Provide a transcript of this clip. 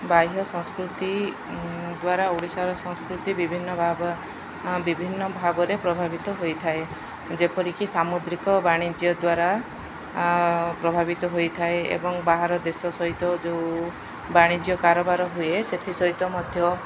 ବାହ୍ୟ ସଂସ୍କୃତି ଦ୍ୱାରା ଓଡ଼ିଶାର ସଂସ୍କୃତି ବିଭିନ୍ନ ଭାବ ବିଭିନ୍ନ ଭାବରେ ପ୍ରଭାବିତ ହୋଇଥାଏ ଯେପରିକି ସାମୁଦ୍ରିକ ବାଣିଜ୍ୟ ଦ୍ୱାରା ପ୍ରଭାବିତ ହୋଇଥାଏ ଏବଂ ବାହାର ଦେଶ ସହିତ ଯେଉଁ ବାଣିଜ୍ୟ କାରବାର ହୁଏ ସେଥି ସହିତ ମଧ୍ୟ